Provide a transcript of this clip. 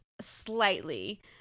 slightly